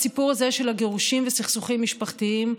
בסיפור הזה של הגירושים וסכסוכים משפחתיים,